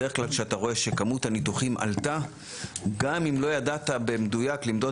בדרך כלל כשאתה רואה שכמות הניתוחים עלתה גם אם לא ידעת במדויק למדוד